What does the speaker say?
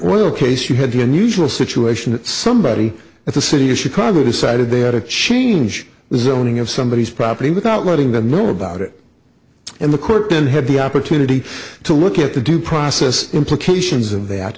oil case you had the unusual situation that somebody at the city of chicago decided they had to change the zoning of somebody's property without letting them know about it and the court then had the opportunity to look at the due process implications of that